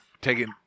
taking